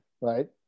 right